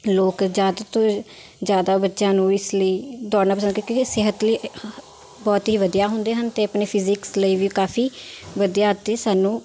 ਲੋਕ ਜ਼ਿਆਦਾ ਤੋਂ ਜ਼ਿਆਦਾ ਬੱਚਿਆਂ ਨੂੰ ਇਸ ਲਈ ਦੌੜਨਾ ਪਸੰਦ ਕਿਉਂਕਿ ਇਹ ਸਿਹਤ ਲਈ ਬਹੁਤ ਹੀ ਵਧੀਆ ਹੁੰਦੇ ਹਨ ਅਤੇ ਆਪਣੇ ਫਿਜ਼ੀਕਸ ਲਈ ਵੀ ਕਾਫੀ ਵਧੀਆ ਅਤੇ ਸਾਨੂੰ